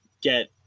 get